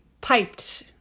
piped